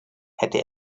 hätte